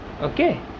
Okay